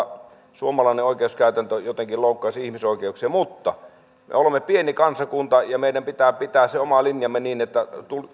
suomalainen oikeuskäytäntö jotenkin loukkaisi ihmisoikeuksia mutta me olemme pieni kansakunta ja meidän pitää pitää se oma linjamme niin että